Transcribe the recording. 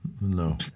no